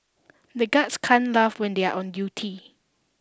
the guards can't laugh when they are on duty